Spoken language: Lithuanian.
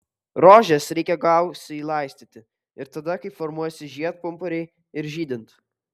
rožes reikia gausiai laistyti ir tada kai formuojasi žiedpumpuriai ir žydint